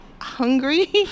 hungry